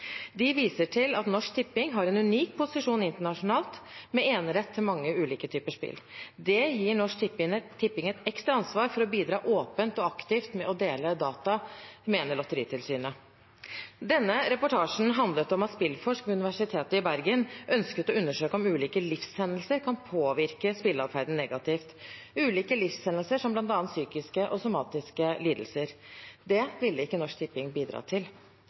De viser til at Norsk Tipping har en unik posisjon internasjonalt med enerett til mange ulike typer spill. Det gir Norsk Tipping et ekstra ansvar for å bidra åpent og aktivt med å dele data, mener Lotteritilsynet. Denne reportasjen handlet om at SPILLFORSK ved Universitetet i Bergen ønsket å undersøke om ulike livshendelser kan påvirke spilleadferden negativt – ulike livshendelser som bl.a. psykiske og somatiske lidelser. Det ville ikke Norsk Tipping bidra til.